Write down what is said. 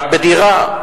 רק בדירה.